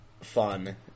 fun